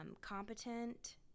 competent